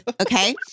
Okay